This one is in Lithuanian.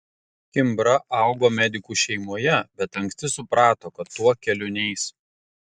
kimbra augo medikų šeimoje bet anksti suprato kad tuo keliu neis